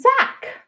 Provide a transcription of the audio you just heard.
Zach